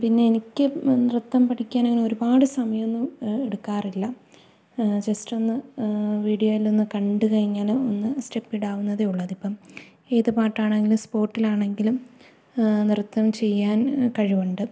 പിന്നെ എനിക്ക് നൃത്തം പഠിക്കാനങ്ങനെ ഒരുപാട് സമയമൊന്നും എടുക്കാറില്ല ജസ്റ്റൊന്ന് വീഡിയോയിലൊന്നു കണ്ടുകഴിഞ്ഞാല് ഒന്ന് സ്റ്റെപ്പിടാവുന്നതേ ഉള്ളു അതിപ്പോള് ഏതു പാട്ടാണെങ്കിലും സ്പോർട്ടിലാണെങ്കിലും നൃത്തം ചെയ്യാൻ കഴിവുണ്ട്